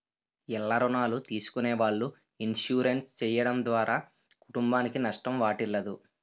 ఇల్ల రుణాలు తీసుకునే వాళ్ళు ఇన్సూరెన్స్ చేయడం ద్వారా కుటుంబానికి నష్టం వాటిల్లదు